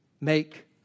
Make